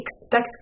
expect